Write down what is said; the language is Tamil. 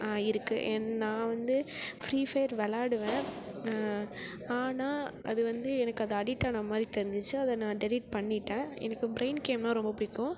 இருக்குது என் நான் வந்து ஃப்ரீ ஃபையர் வெளாடுவேன் ஆனால் அது வந்து எனக்கு அது அடிட் தெரிஞ்சிச்சு அதை நானு டெலிட் பண்ணிட்டேன் எனக்கு பிரெய்ன் கேம்னால் ரொம்ப பிடிக்கும்